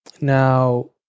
Now